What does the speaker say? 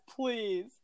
please